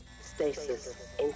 Stasis